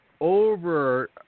over